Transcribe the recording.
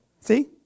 See